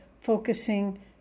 focusing